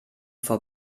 vor